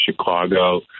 Chicago